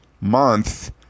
month